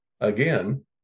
again